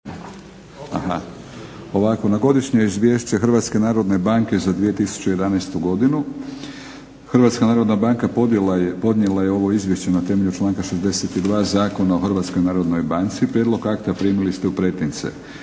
narodne banke za 2011.godinu HNB podnijela je ovo izvješće na temelju članka 62. Zakona o HNB. Prijedlog akata primili ste u pretince.